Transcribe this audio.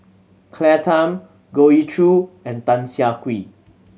Claire Tham Goh Ee Choo and Tan Siah Kwee